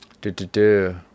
Do-do-do